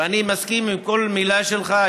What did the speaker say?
ואני מסכים עם כל מילה שלך.